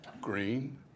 green